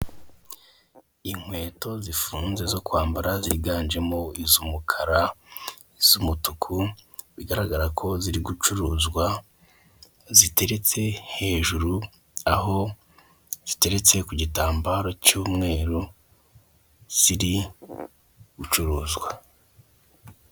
Inkweto zifunze zo kwambara ziganje mo iz'umukara, iz'umutuku, bigaragara ko ziri gucuruzwa, ziteretse hejuru aho ziteretse ku gitambaro cy'umweru, ziri gucuruzwa.